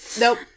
Nope